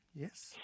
Yes